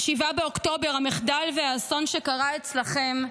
7 באוקטובר, המחדל והאסון שקרה אצלכם,